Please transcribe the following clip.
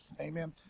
Amen